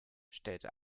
stellte